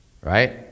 right